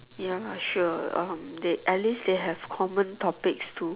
ya lah sure at least they have common topics to